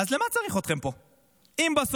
אז למה צריך אתכם פה?